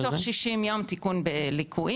קובע תוך שישים יום תיקון בליקויים,